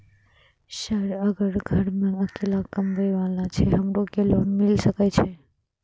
Sir अगर घर में अकेला कमबे वाला छे हमरो के लोन मिल सके छे?